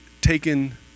taken